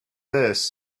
this